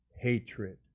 hatred